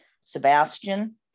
Sebastian